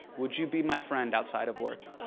would you be my friend outside of work?